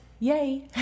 Yay